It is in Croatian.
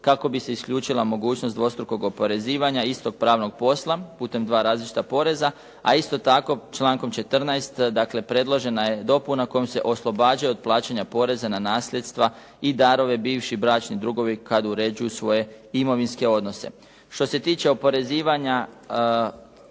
kako bi se isključila mogućnost dvostrukog oporezivanja istog pravnog posla putem dva različita poreza. A isto tako člankom 14. predložena je dopuna kojom se oslobađaju od plaćanja poreza na nasljedstva i darove bivši bračni drugovi kad uređuju svoje imovinske odnose. Što se tiče oporezivanja